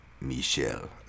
Michel